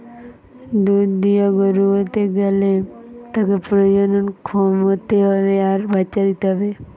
দুধ দিয়া গরু হতে গ্যালে তাকে প্রজনন ক্ষম হতে হবে আর বাচ্চা দিতে হবে